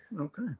Okay